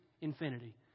infinity